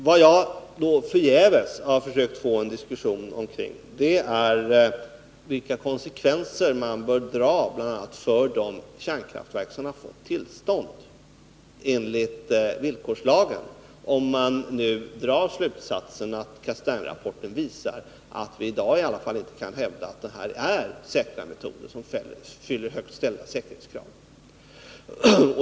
Vad jag förgäves har försökt få en diskussion om är vilka konsekvenser man bör dra bl.a. för de kärnkraftverk som har fått tillstånd enligt villkorslagen, om man nu drar slutsatsen att Castaingrapporten visar att vi i dag inte kan hävda att detta är säkra metoder som fyller högt ställda säkerhetskrav.